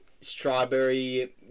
strawberry